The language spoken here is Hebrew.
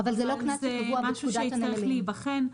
אבל זה משהו שיצטרך להיבחן.